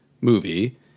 movie